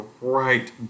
right